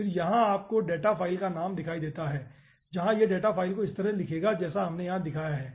फिर यहां आपको डेटा फ़ाइल का नाम दिखाई देता है जहां यह डेटा फ़ाइल को इस तरह से लिखेगा जैसा हमने यहां दिया है